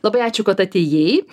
labai ačiū kad atėjai